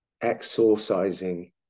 exorcising